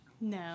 No